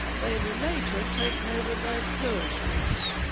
they were later taken over by pillsworths